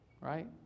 right